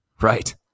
Right